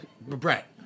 Brett